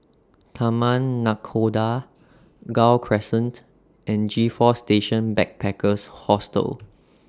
Taman Nakhoda Gul Crescent and G four Station Backpackers Hostel